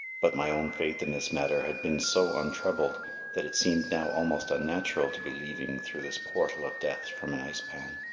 but my own faith in this matter had been so untroubled that it seemed now almost natural to be leaving through this portal of death from an ice pan.